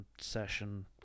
session